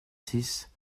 six